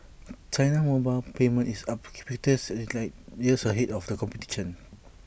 China's mobile payment is is light years ahead of the competition